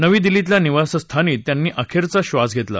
नवी दिल्लीतल्या निवासस्थानी त्यांनी अखेरचा बास घेतला